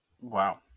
wow